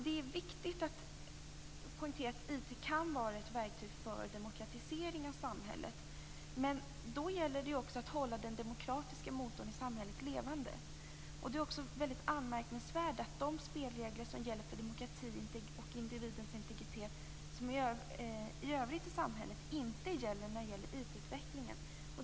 Det är viktigt att poängtera att IT kan vara ett verktyg för demokratisering av samhället. Men då gäller det också att hålla den demokratiska motorn i samhället levande. Det är också väldigt anmärkningsvärt att de spelregler som gäller för demokrati och individens integritet i övrigt i samhället inte gäller i fråga om IT-utvecklingen.